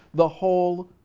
the whole